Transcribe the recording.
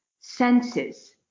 senses